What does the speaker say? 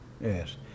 yes